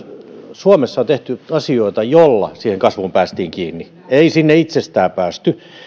suomessa on tehty asioita joilla siihen kasvuun päästiin kiinni ei sinne itsestään päästy